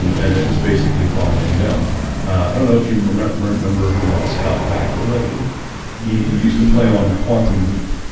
um and it was basically following them i don't know if you remember remember who scott bakula is he used to play on quantum leap.